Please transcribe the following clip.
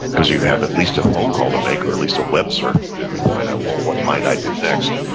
because you have at least a phone call to make or at least a web surf to do to find out, well, what might i do next,